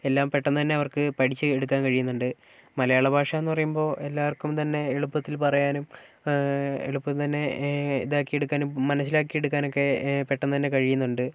എല്ലാം പെട്ടെന്നുതന്നെ അവർക്ക് പഠിച്ച് എടുക്കാൻ കഴിയുന്നുണ്ട് മലയാളഭാഷയെന്നു പറയുമ്പോൾ എല്ലാർക്കും തന്നെ എളുപ്പത്തിൽ പറയാനും എളുപ്പം തന്നെ ഇതാക്കി എടുക്കാനും മനസ്സിലാക്കി എടുക്കാനൊക്കെ പെട്ടെന്നുതന്നെ കഴിയുന്നുണ്ട്